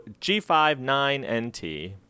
G59NT